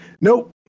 Nope